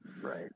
Right